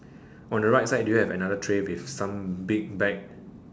on the right side do you have another tray with some big bag